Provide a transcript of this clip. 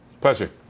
Pleasure